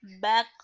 back